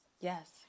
Yes